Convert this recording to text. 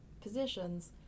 positions